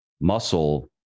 muscle